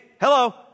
hello